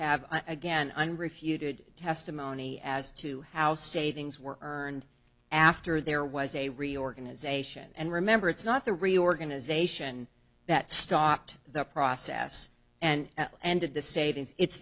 have again been refuted testimony as to how savings were earned after there was a reorganization and remember it's not the reorganization that stopped the process and ended the savings it's